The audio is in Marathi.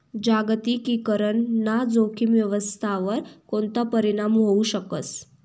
जागतिकीकरण ना जोखीम व्यवस्थावर कोणता परीणाम व्हवू शकस